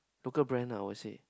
local brand ah I would say